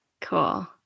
Cool